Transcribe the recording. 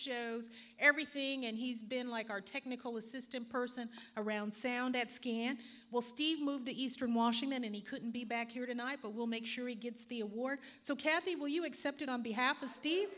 shows everything and he's been like our technical assistant person around sound at will steve moved to eastern washington and he couldn't be back here tonight but will make sure he gets the award so kathy will you accept it on behalf